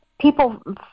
People